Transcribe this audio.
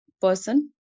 person